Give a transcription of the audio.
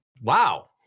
wow